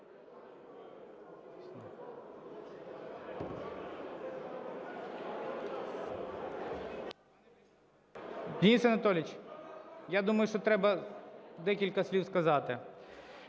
Денис Анатолійович, я думаю, що треба декілька слів сказати.